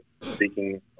speaking